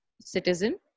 citizen